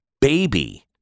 baby